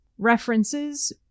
references